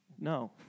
No